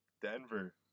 Denver